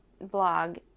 blog